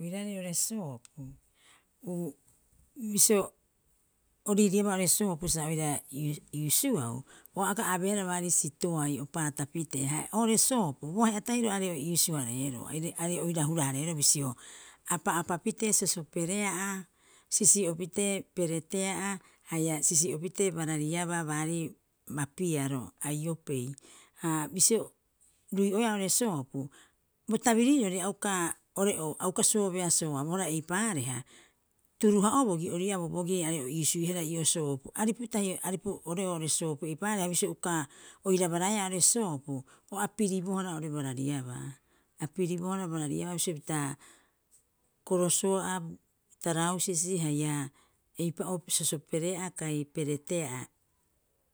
Oiraarei oo'ore soopu uu bisio o riiriiaba oo'ore soopu sa oire iu- iusuau. o aga abeahara baari sitaai o paatapitee ha oo'ore soopu boahe'a tahiro aarei o iusuhareeroo aire oir hua- hareeroo bisio, apa'apa pitee sosoperea'a siri'opitee peretea'a haia sisii'opitee barariabaa baarii bapiaro, Aiopei. Ha bisio rui'oea oo'ore soopu, bo tabirirori a uka ore'oo a uka soobeasooabohara eipaareha turuha'o bogi ori'ii'a bogiri aarei o iusuihara ii'oo sooopu aripu tahi aripu ore'oo soopu e'paareha bisio uka oirabaraea oo'ore soopu o a piribohara oo'ore barariabaa. A piribohara oo'ore barariaba bisio pita korosoa'a, tarausisi haia eipa'oo sosoperea kai peretea'a.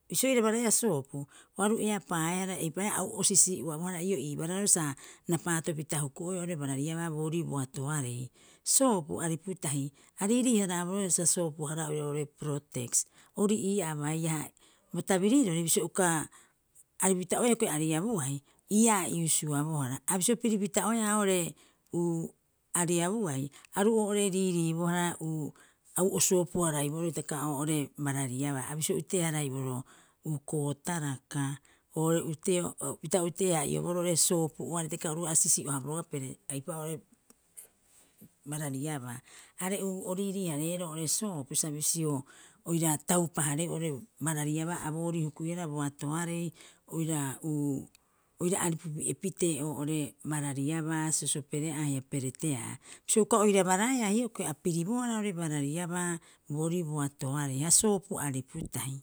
Bisio oirabaraeaa soopu o aru eapaaehara au o sisii'oabohara ii'oo ii barao sa rapaato pita huku'oe oo'ore barariabaa boorii boatoarei. Soopu aripu tahi, a riirii- haraaboroo sa soopu- haaraha oirau oo'ore proteks ori ii'aa a baiia, ha bo tabirirori bisio uka aripupita'oea ariabuai ii'aa a iusuabohara ha bisio piripita'oeaa oo'ore uu ariabuai aru oo're riiriibohara au o soopu- haraiboroo hitaka oo'ore barariaba. A bisio utee- haraiboroo, uu kootaraka, oo'ore uteeo, pita o utee- haa'ioboroo oo'ore soopuu oari hitaka oru ua au o sisii'o- haahoroo roga'a perete, eipa'oo'oa'are barariabaa. Are uu, o riirii- hareero oo'ore soopu sa bisio oira taupa- hareeu oo'ore barariabaa a boorii hukuihara boatoarei, oira uu aripupi'epitee oo'ore barariaba, sosoperea'a haia peretea'a. Bisio uka oirabaraea hioko'i, a piribohara oo'ore barariaba boorii boatoarei. Ha soopu aripu tahi.